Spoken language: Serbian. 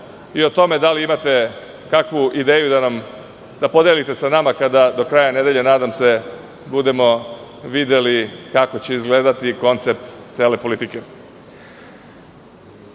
i o tome da li imate kakvu ideju da podelite sa nama kada do kraja nedelje nadam se budemo videli kako će izgledati koncept cele politike. Kada